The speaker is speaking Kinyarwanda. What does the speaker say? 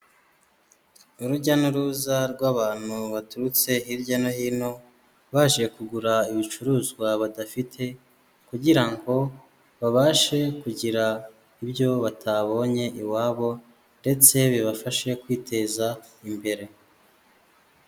Urujya n'uruza rw'abantu baturutse hirya no hino, baje kugura ibicuruzwa badafite kugira ngo babashe kugura ibyo batabonye iwabo ndetse bibafashe kwiteza imbere.